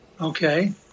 Okay